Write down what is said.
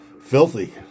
Filthy